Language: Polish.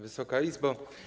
Wysoka Izbo!